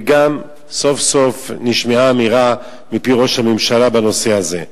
וגם סוף-סוף נשמעה אמירה מפי ראש הממשלה בנושא הזה.